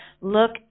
Look